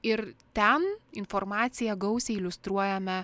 ir ten informaciją gausiai iliustruojame